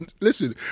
listen